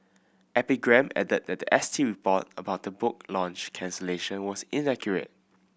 epigram added that S T report about the book launch cancellation was inaccurate